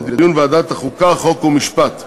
לדיון בוועדת החוקה, חוק ומשפט.